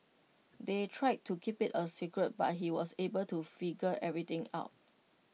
they tried to keep IT A secret but he was able to figure everything out